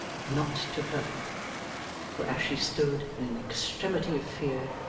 not to her for as she stood, in an extremity of fear,